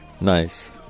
nice